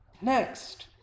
Next